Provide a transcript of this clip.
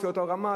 לפי אותה רמה,